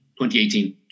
2018